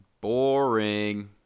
boring